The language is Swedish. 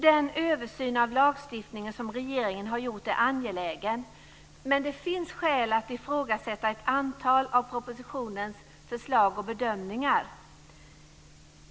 Den översyn av lagstiftningen som regeringen har gjort är angelägen, men det finns skäl att ifrågasätta ett antal av propositionens förslag och bedömningar.